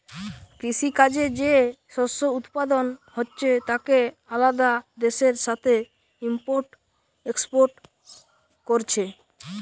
কৃষি কাজে যে শস্য উৎপাদন হচ্ছে তাকে আলাদা দেশের সাথে ইম্পোর্ট এক্সপোর্ট কোরছে